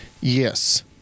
Yes